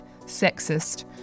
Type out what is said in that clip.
sexist